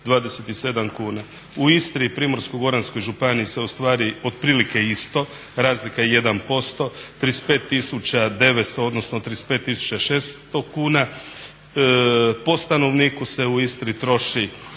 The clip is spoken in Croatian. U Istri i Primorsko-goranskoj županiji se ostvari otprilike isto, razlika je jedan posto, 35900 odnosno 35600 kuna